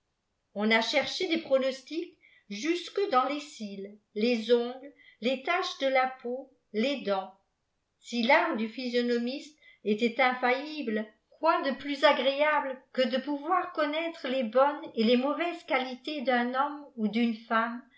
on a cherché des pronostics jusque dans les cils les ongles les taches de la peau les dents si tart du physionomiste était infattli ble quoi de plus agréable que de pouvoir connaître les bonnes et les mauvaises qualités d'un homme ou d une femme